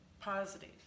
positive